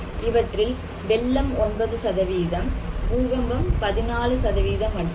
இவற்றில் வெள்ளம் 9 பூகம்பம் 14 மட்டுமே